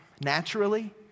Naturally